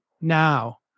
now